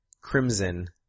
crimson